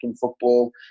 football